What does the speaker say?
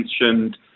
mentioned